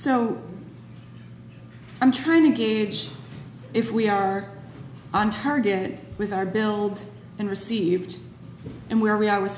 so i'm trying to gauge if we are on target with our build and received and where we are